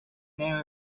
new